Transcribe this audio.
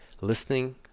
listening